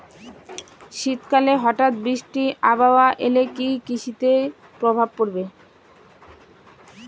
শীত কালে হঠাৎ বৃষ্টি আবহাওয়া এলে কি কৃষি তে প্রভাব পড়বে?